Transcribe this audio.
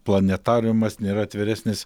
planetariumas nėra atviresnis